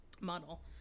Model